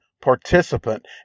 participant